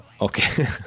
Okay